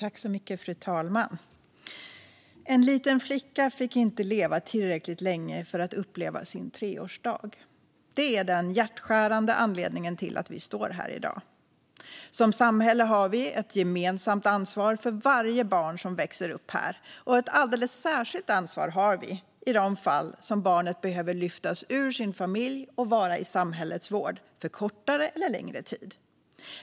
Fru talman! En liten flicka fick inte leva tillräckligt länge för att uppleva sin fyraårsdag. Det är den hjärtskärande anledningen till att vi står här i dag. Som samhälle har vi ett gemensamt ansvar för varje barn som växer upp här, och ett alldeles särskilt ansvar har vi i de fall där barnet behöver lyftas ur sin familj och vara i samhällets vård för kortare eller längre tid.